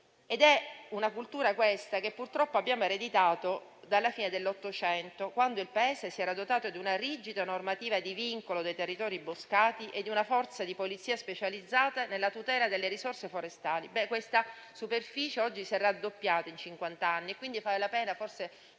È una cultura, questa, che purtroppo abbiamo ereditato dalla fine dell'Ottocento, quando il Paese si era dotato di una rigida normativa di vincolo dei territori boscati e di una Forza di polizia specializzata nella tutela delle risorse forestali. Questa superficie in cinquant'anni si è raddoppiata e vale quindi la pena di